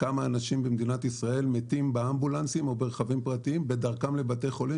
כמה אנשים מתים באמבולנסים או ברכבים פרטיים בדרכם לבתי חולים.